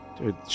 Dude